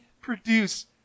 produce